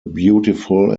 beautiful